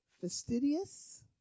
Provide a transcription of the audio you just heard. fastidious